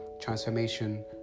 transformation